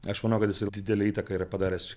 aš manau kad jis didelę įtaką yra padaręs